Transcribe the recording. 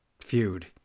feud